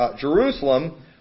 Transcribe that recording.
Jerusalem